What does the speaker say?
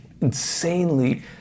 insanely